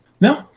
No